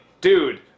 dude